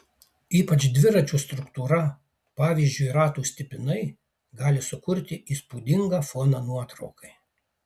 ypač dviračių struktūra pavyzdžiui ratų stipinai gali sukurti įspūdingą foną nuotraukai